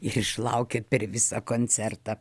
ir išlaukę per visą koncertą